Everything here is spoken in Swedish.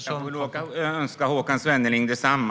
Herr talman! Jag vill önska Håkan Svenneling detsamma.